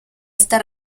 esta